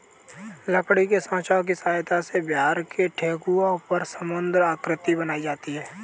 लकड़ी के साँचा की सहायता से बिहार में ठेकुआ पर सुन्दर आकृति बनाई जाती है